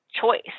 choice